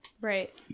Right